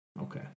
Okay